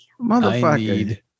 Motherfucker